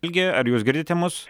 algi ar jūs girdite mus